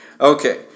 Okay